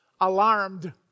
alarmed